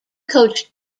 coached